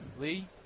Lee